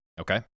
Okay